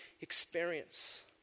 experience